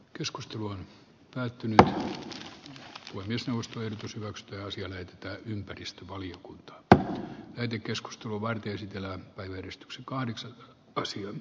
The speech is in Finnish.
keskustelu on täyttynyt huimissa ostoyritys vuokraa sille että ympäristövaliokunta tämä kyky keskustelu vain pysytellä yhdistyksen jätevuoret kasvavat